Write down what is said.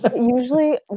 Usually